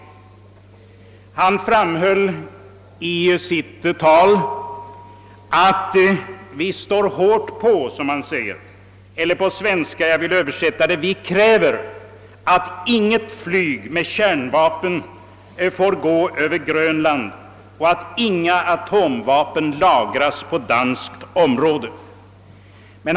Den ne framböll i sitt tal bl.a.: »Vi står hårt på» — översatt till svenska, »vi kräver» — »att inget flyg med kärnva pen får gå över Grönland och att inga atomvapen lagras på danskt område».